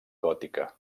gòtica